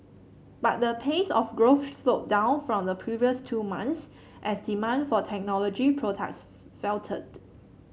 but the pace of growth slowed down from the previous two months as demand for technology products faltered